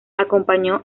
acompañó